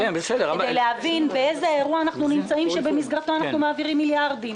כדי להבין באיזה אירוע אנחנו נמצאים שבמסגרתו אנחנו מעבירים מיליארדים.